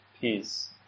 peace